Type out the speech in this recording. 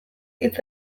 hitz